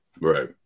Right